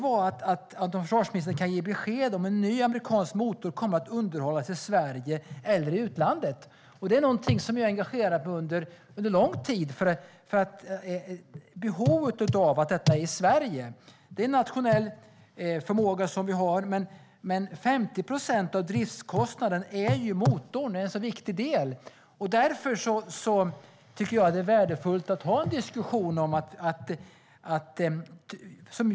Kan försvarsministern ge besked om huruvida en ny amerikansk motor kommer att underhållas i Sverige eller i utlandet? Detta är någonting som jag har engagerat mig i under en lång tid. Det handlar om behovet av att detta är i Sverige. Det är en nationell förmåga som vi har, men 50 procent av driftskostnaden gäller ju motorn. Det är en så viktig del. Därför tycker jag att det är värdefullt att ha en diskussion.